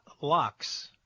locks